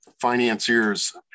financiers